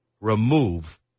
remove